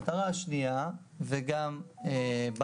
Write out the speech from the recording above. המטרה השנייה, שגם בה